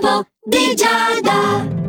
di già da.